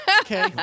Okay